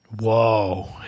Whoa